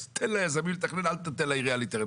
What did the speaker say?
אז תן ליזמים לתכנן, אל תתן לעיריה להתערב'.